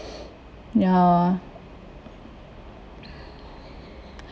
ya